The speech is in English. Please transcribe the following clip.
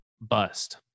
bust